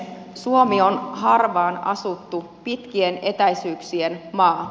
suomi on harvaan asuttu pitkien etäisyyksien maa